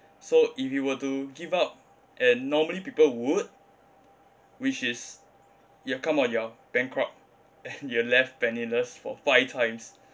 so if you were to give up and normally people would which is it will come when you are bankrupt and you're left penniless for five times